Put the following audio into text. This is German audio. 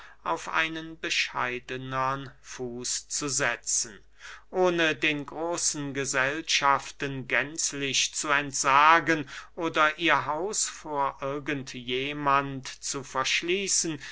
auf einen bescheidenern fuß zu setzen ohne den großen gesellschaften gänzlich zu entsagen oder ihr haus vor irgend jemand zu verschließen